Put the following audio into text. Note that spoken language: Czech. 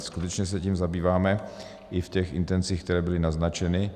Skutečně se tím zabýváme i v těch intencích, které byly naznačeny.